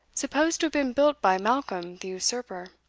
supposed to have been built by malcolm the usurper.